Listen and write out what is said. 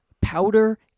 powder